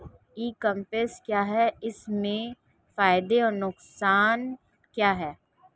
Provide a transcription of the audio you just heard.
ई commerce क्या है इसके फायदे और नुकसान क्या है?